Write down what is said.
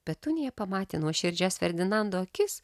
petunija pamatė nuoširdžias ferdinando akis